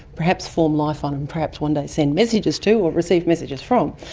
perhaps form life on, and perhaps one day send messages to or receive messages from.